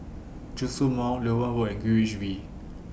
Djitsun Mall Loewen Road and Greenwich V